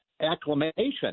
acclamation